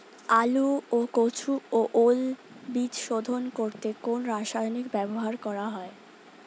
আলু ও কচু ও ওল বীজ শোধন করতে কোন রাসায়নিক ব্যবহার করা হয়?